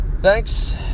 Thanks